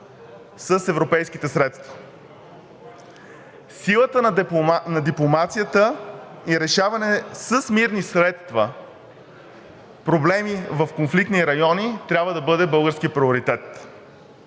с европейските средства. Силата на дипломацията и решаване с мирни средства на проблеми в конфликтни райони трябва да бъде българският приоритет.